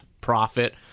profit